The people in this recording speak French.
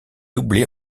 doublé